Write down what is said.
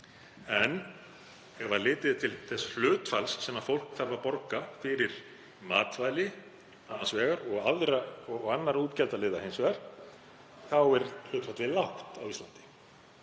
En ef litið er til þess hlutfalls sem fólk þarf að borga fyrir matvæli annars vegar og aðra útgjaldaliði hins vegar er hlutfallið lágt á Íslandi.